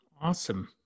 Awesome